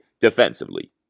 defensively